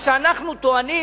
מה שאנחנו טוענים,